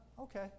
Okay